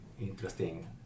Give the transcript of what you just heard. interesting